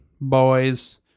boys